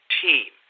team